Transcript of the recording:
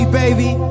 baby